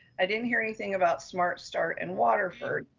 i didn't hear anything about smartstart and waterford.